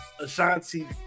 Ashanti